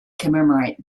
commemorate